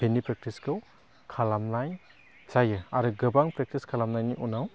बिनि प्रेकटिसखौ खालामनाय जायो आरो गोबां प्रेकटिस खालामनायनि उनाव